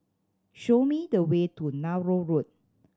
show me the way to Nallur Road